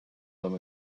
them